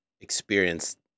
experienced